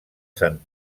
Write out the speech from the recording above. sant